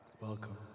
Welcome